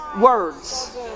words